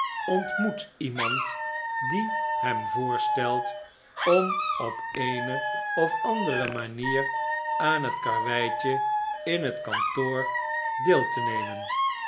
ontmoet iemand die hem voorstelt om op eene of andere manier aan het karreweitje in het kantoor deel te nemevrouw